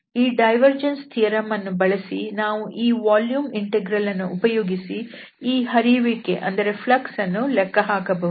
ಈ divergence theorem ಅನ್ನು ಬಳಸಿ ನಾವು ಈ ವಾಲ್ಯೂಮ್ ಇಂಟೆಗ್ರಲ್ ಅನ್ನು ಉಪಯೋಗಿಸಿ ಈ ಹರಿಯುವಿಕೆ ಯನ್ನು ಲೆಕ್ಕಹಾಕಬಹುದು